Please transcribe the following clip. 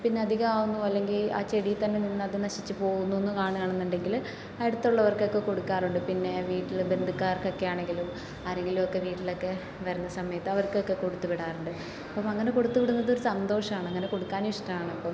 പിന്നെ അധികമാകുന്നു അല്ലെങ്കിൽ ആ ചെടിയിൽ തന്നെ നിന്നത് നശിച്ചു പോകുന്നു എന്ന് കാണുവാണെന്നുണ്ടെങ്കിൽ അത് അടുത്തുള്ളവർക്കൊക്കെ കൊടുക്കാറുണ്ട് പിന്നെ വീട്ടിൽ ബന്ധുക്കാർക്കൊക്കെ ആണെങ്കിലും ആരെങ്കിലുമൊക്കെ വീട്ടിലൊക്കെ വരുന്ന സമയത്ത് അവർക്കൊക്കെ കൊടുത്തു വിടാറുണ്ട് അപ്പോൾ അങ്ങനെ കൊടുത്തുവിടുന്നത് ഒരു സന്തോഷമാണ് അങ്ങനെ കൊടുക്കാൻ ഇഷ്ടമാണ്